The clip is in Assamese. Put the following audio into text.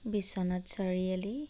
বিশ্বনাথ চাৰিআলি